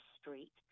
street